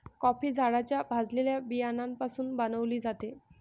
coffee झाडाच्या भाजलेल्या बियाण्यापासून बनविली जाते